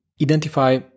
identify